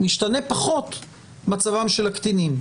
משתנה פחות מצבם של הקטינים.